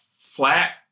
flat